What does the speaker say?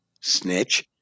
snitch